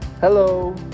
Hello